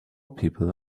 people